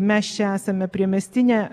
mes čia esame priemiestinė